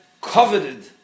coveted